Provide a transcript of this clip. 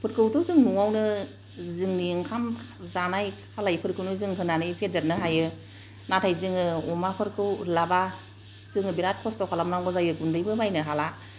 फोरखौथ' जोङो न'आवनो जोंनि ओंखाम जानाय खालायफोरखौनो जों होनानै फेदेरनो हायो नाथाय जोङो अमाफोरखौ लाबा जोङो बेराद खस्थ खालाम नांगौ जायो गुन्दैबो बायनो हाला